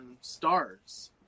stars